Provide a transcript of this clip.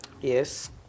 Yes